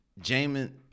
Jamin